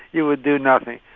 you would do nothing.